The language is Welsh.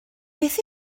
beth